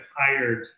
hired